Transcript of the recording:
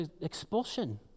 expulsion